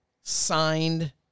signed